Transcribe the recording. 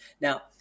now